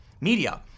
Media